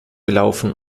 gelaufen